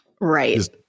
right